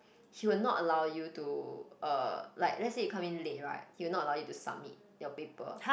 he will not allow you to uh like let's say you come in late right he will not allow you to submit your paper